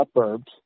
suburbs